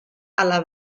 alla